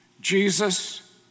Jesus